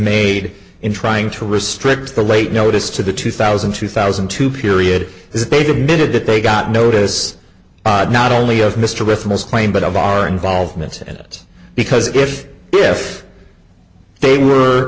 made in trying to restrict the late notice to the two thousand two thousand and two period this baby needed that they got notice not only of mr with most claim but of our involvement in it because if if they were